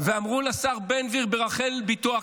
ואמרו לשר בן גביר ברחל בתו הקטנה,